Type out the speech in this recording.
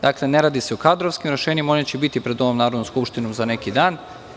Dakle, ne radi se o kadrovskim rešenjima, ona će biti pred Narodnom skupštinom za neki dan.